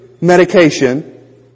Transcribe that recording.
medication